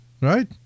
right